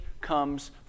comes